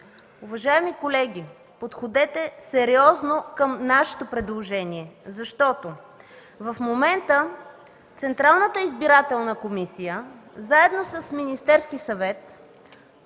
Уважаеми колеги, подходете сериозно към нашето предложение, защото в момента Централната избирателна комисия заедно с Министерския съвет